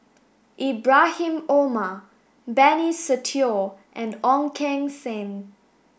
Ibrahim Omar Benny Se Teo and Ong Keng Sen